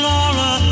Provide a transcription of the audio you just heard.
Laura